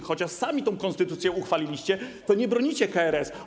Chociaż sami tę konstytucję uchwaliliście, to nie bronicie KRS-u.